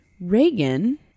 reagan